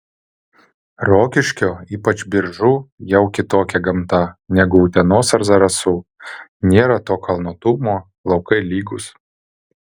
rokiškio ypač biržų jau kitokia gamta negu utenos ar zarasų nėra to kalnuotumo laukai lygūs